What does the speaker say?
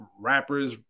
rappers